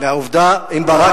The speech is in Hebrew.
מה עם ברק?